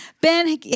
Ben